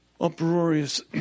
uproarious